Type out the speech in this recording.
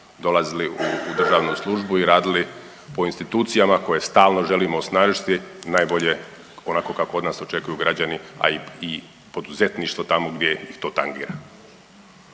dolazili u državnu službu i radili po institucijama koje stalno želimo osnažiti najbolje onako kako od nas očekuju građani, a i poduzetništvo tamo gdje ih to tangira.